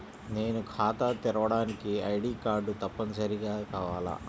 నేను ఖాతా తెరవడానికి ఐ.డీ కార్డు తప్పనిసారిగా కావాలా?